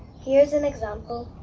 here's an example.